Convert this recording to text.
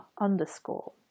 underscore